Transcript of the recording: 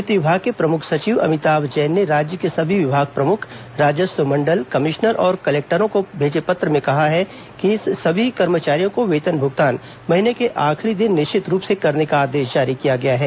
वित्त विभाग के प्रमुख सचिव अमिताभ जैन ने राज्य के सभी विभाग प्रमुख राजस्व मंडल कमिश्नर और कलेक्टरों को भेजे पत्र में कहा है कि सभी कर्मचारियों को वेतन भुगतान महीने के आखिरी दिन निश्चित रूप से करने का आदेश जारी किया गया है